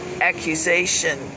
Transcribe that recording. accusation